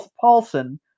Paulson